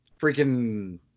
freaking